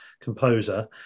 composer